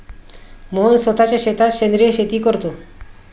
मोहन स्वतःच्या शेतात सेंद्रिय शेती करतो